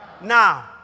Now